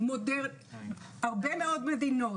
הרבה מאוד מדינות,